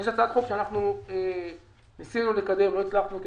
יש הצעת חוק שאנחנו ניסינו לקדם ולא הצלחנו כי